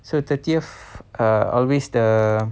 so thirtieth err always the